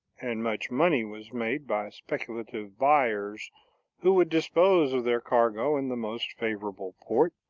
and much money was made by speculative buyers who would dispose of their cargo in the most favorable port,